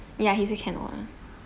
ya he say cannot ah